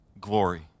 glory